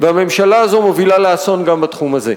והממשלה הזאת מובילה לאסון גם בתחום הזה.